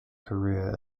career